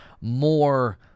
more